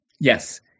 Yes